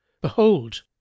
behold